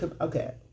okay